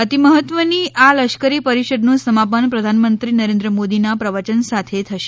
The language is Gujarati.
અતિ મહત્વ ની આ લશ્કરી પરિષદ નું સમાપન પ્રધાનમંત્રી નરેન્દ્ર મોદી ના પ્રવયન સાથે થશે